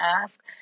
ask